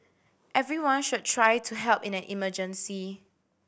everyone should try to help in an emergency